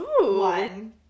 one